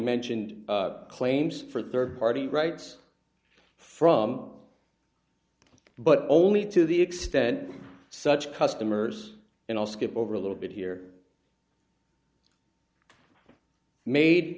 mentioned claims for rd party rights from but only to the extent such customers and i'll skip over a little bit here made